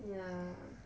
ya